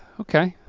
okay.